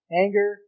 anger